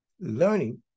learning